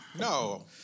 no